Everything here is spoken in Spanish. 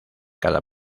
cada